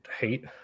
hate